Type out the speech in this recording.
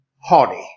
haughty